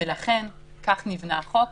ולכן כך נבנה החוק,